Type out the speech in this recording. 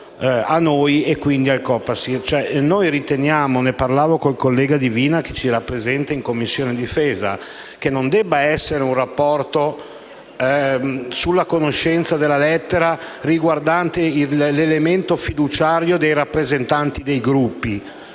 Noi riteniamo - ne parlavo con il collega Divina, che ci rappresenta in Commissione difesa - che non debba essere un rapporto sulla conoscenza della lettera riguardante l'elemento fiduciario dei rappresentanti dei Gruppi: